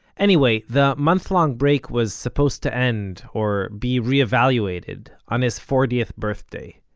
anyway, the month-long-break was supposed to end, or be reevaluated, on his fortieth birthday,